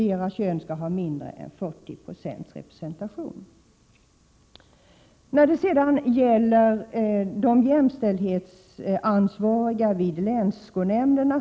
Det är helt riktigt att vi vid väldigt många tillfällen här i kammaren har diskuterat frågan om de jämställdhetsansvariga vid länsskolnämnderna.